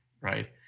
right